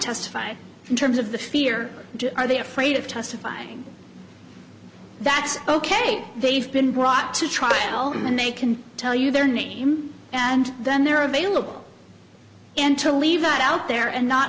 testify in terms of the fear are they afraid of testifying that's ok they've been brought to trial and then they can tell you their name and then they're available and to leave that out there and not